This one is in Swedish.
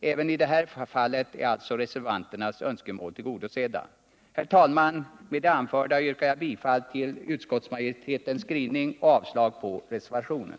Även i detta fall är alltså reservanternas önskemål tillgodosedda. Herr talman! Men det anförda yrkar jag bifall till utskottets hemställan och avslag på reservationen.